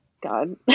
God